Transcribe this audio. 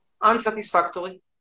Unsatisfactory